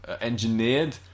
engineered